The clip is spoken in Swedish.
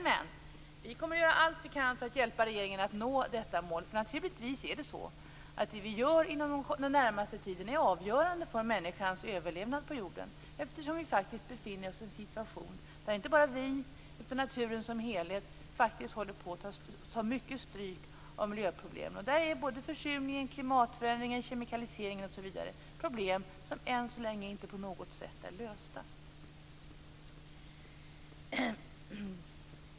Men vi kommer att göra allt vi kan för att hjälpa regeringen att nå detta mål. Naturligtvis är det vi gör inom den närmaste tiden avgörande för människans överlevnad på jorden. Vi befinner oss i en situation där inte bara vi, utan naturen som helhet faktiskt håller på att ta mycket stryk av miljöproblemen. Försurning, klimatförändring, kemikalisering, osv. är problem som än så länge inte på något sätt är lösta.